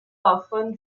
often